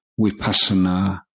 vipassana